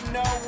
no